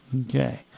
Okay